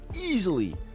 easily